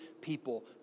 people